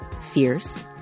fierce